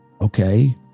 okay